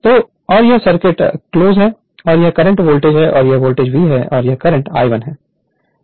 तो और यह सर्किट क्लोज है और यह करंट वोल्टेज है यह वोल्टेज v है और यह करंट फ्लो I1 है